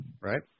Right